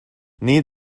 need